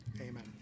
Amen